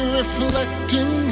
reflecting